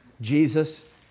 Jesus